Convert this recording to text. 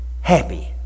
happy